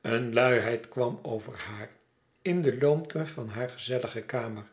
een luiheid kwam over haar in de loomte van haar gezellige kamer